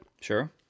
Sure